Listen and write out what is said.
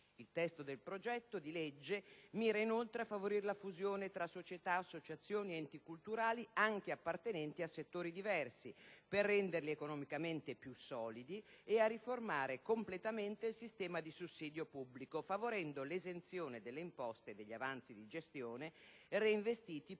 Il testo del progetto di legge mira inoltre a favorire la fusione tra società, associazioni ed enti culturali, anche appartenenti a settori diversi, per renderli economicamente più solidi, e a rifondare completamente il sistema di sussidio pubblico, favorendo l'esenzione delle imposte sugli avanzi di gestione reinvestiti per